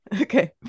Okay